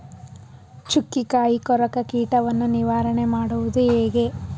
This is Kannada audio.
ಚುಕ್ಕಿಕಾಯಿ ಕೊರಕ ಕೀಟವನ್ನು ನಿವಾರಣೆ ಮಾಡುವುದು ಹೇಗೆ?